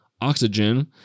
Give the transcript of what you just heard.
oxygen